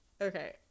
Okay